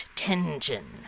tension